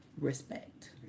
respect